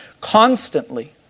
constantly